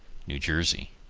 new jersey.